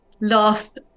last